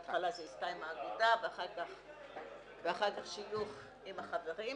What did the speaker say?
בהתחלה זה --- עם האגודה ואחר כך שיוך עם החברים,